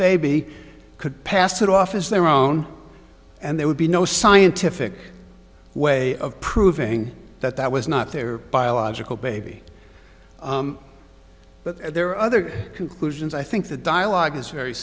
baby could pass it off as their own and there would be no scientific way of proving that that was not their biological baby but there are other conclusions i think the dialogue is very